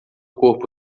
corpo